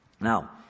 Now